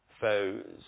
foes